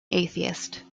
atheist